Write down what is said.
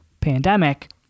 pandemic